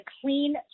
clean